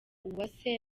uwase